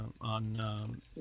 on